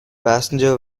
passenger